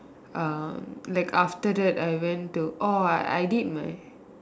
um like after that I went to orh I did my